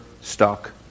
stock